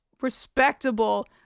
respectable